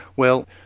well,